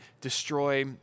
destroy